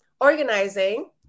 organizing